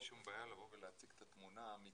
שום בעיה לבוא ולהציג את התמונה האמיתית.